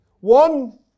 One